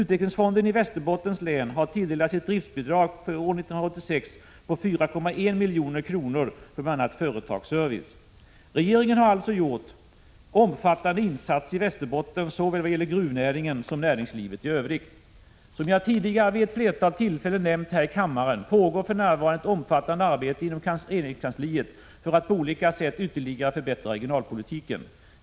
Regeringen har således gjort omfattande insatser i Västerbotten vad gäller såväl gruvnäringen som näringslivet i övrigt. Som jag tidigare vid ett flertal tillfällen nämnt här i kammaren pågår för närvarande ett omfattande arbete inom regeringskansliet för att på olika sätt ytterligare förbättra regionalpolitiken.